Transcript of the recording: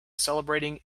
celebrating